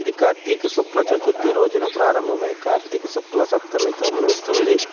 ఇది కార్తీక శుక్ల చతుర్థి రోజున ప్రారంభమై కార్తీక శుక్ల సప్తమితో ముగుస్తుంది